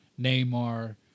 Neymar